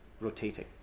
rotating